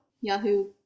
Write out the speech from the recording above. Yahoo